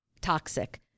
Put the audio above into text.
toxic